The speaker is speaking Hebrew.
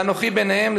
ואנוכי ביניהם,